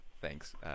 Thanks